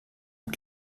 und